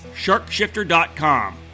Sharkshifter.com